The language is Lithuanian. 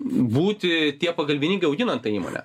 būti tie pagalbininkai auginant tą įmonę